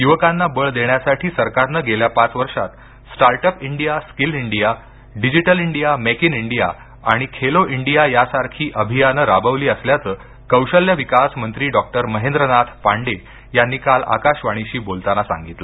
युवकांना बळ देण्यासाठी सरकारनं गेल्या पाच वर्षात startup India skill India digital India make in India आणि खेलो इंडिया या सारखी अभियानं राबवली असल्याचं कौशल्य विकास मंत्री डॉक्टर महेंद्रनाथ पांडे यांनी काल आकाशवाणीशी बोलताना सांगितलं